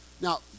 Now